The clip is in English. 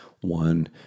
one